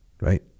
right